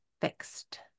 fixed